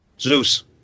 Zeus